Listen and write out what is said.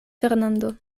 fernando